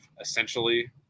essentially